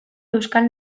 euskal